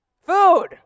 food